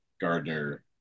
Gardner